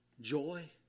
joy